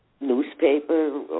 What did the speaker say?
newspaper